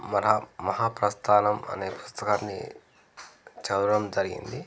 మహా మహా ప్రయస్థానం అనే పుస్తకాన్ని చదవడం జరిగింది